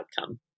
outcome